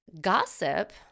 gossip